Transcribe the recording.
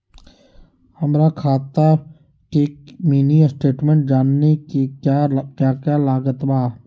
हमरा खाता के मिनी स्टेटमेंट जानने के क्या क्या लागत बा?